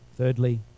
Thirdly